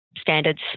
standards